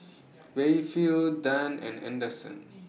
Rayfield Dann and Anderson